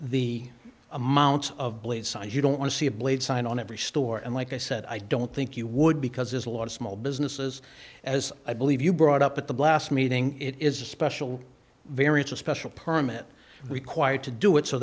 the amount of blade size you don't want to see a blade sign on every store and like i said i don't think you would because there's a lot of small businesses as i believe you brought up at the blast meeting it is a special variance a special permit required to do it so